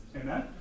Amen